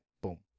boom